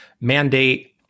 mandate